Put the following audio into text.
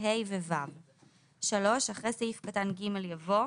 (ה) ו-(ו)"; (3)אחרי סעיף קטן (ג) יבוא: